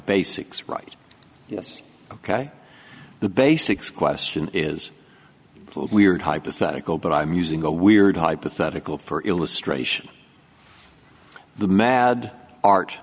basics right yes ok the basics question is weird hypothetical but i'm using a weird hypothetical for illustration the mad art